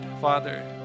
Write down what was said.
Father